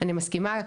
אני מסכימה.